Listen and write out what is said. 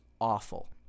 awful